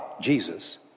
Jesus